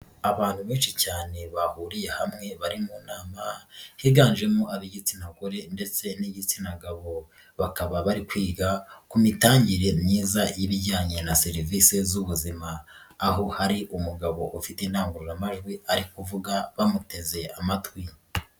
Abantu benshi cyane bahuriye hamwe bari mu nama, higanjemo ab'igitsina gore ndetse n'igitsina gabo bakaba bari kwiga ku mitangire myiza y'ibijyanye na serivisi z'ubuzima, aho hari umugabo ufite indangururamajwi ari kuvuga bamuteze amatwi.